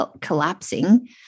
collapsing